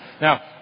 Now